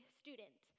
student